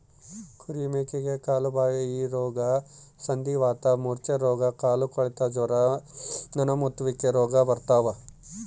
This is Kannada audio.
ಕುರಿ ಮೇಕೆಗೆ ಕಾಲುಬಾಯಿರೋಗ ಸಂಧಿವಾತ ಮೂರ್ಛೆರೋಗ ಕಾಲುಕೊಳೆತ ಜ್ವರ ನೊಣಮುತ್ತುವಿಕೆ ರೋಗ ಬರ್ತಾವ